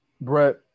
Brett